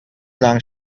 long